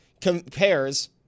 compares